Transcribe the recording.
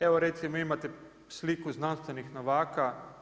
Evo recimo imate sliku znanstvenih novaka.